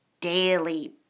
daily